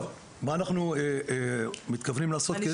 מה אנחנו מתכוונים לעשות?